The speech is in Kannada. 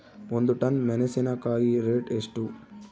ಒಂದು ಟನ್ ಮೆನೆಸಿನಕಾಯಿ ರೇಟ್ ಎಷ್ಟು?